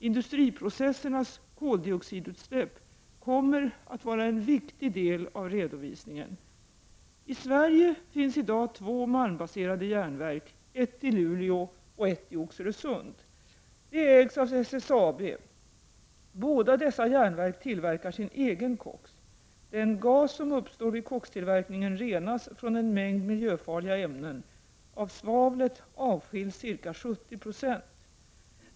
Industriprocessernas koldioxidutsläpp kommer att vara en viktig del av redovisningen. I Sverige finns i dag två malmbaserade järnverk — ett i Luleå och ett i Oxelösund. De ägs av SSAB. Båda dessa järnverk tillverkar sin egen koks. Den gas som uppstår vid kokstillverkningen renas från en mängd miljöfarliga ämnen. Av svavlet avskiljs ca 70 90.